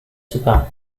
suka